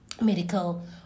medical